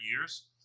years